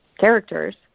characters